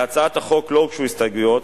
להצעת החוק לא הוגשו הסתייגויות,